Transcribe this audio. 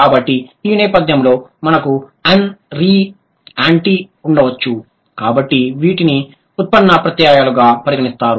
కాబట్టి ఈ సందర్భంలో మనకు అన్ రీ మరియు యాంటీ ఉండవచ్చు కాబట్టి వీటిని ఉత్పన్న ప్రత్యయాలుగా పరిగణిస్తారు